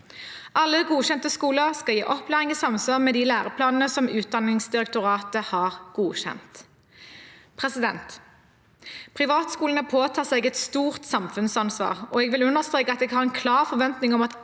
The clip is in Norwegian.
Alle godkjente skoler skal gi opplæring i samsvar med de læreplanene som Utdanningsdirektoratet har godkjent. Privatskolene påtar seg et stort samfunnsansvar, og jeg vil understreke at jeg har en klar forventning om at